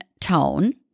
tone